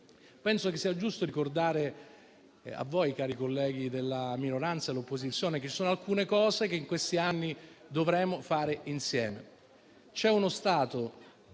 Penso che sia giusto ricordare a voi, cari colleghi della minoranza e dell'opposizione, che ci sono alcune cose che in questi anni dovremo fare insieme. C'è uno Stato,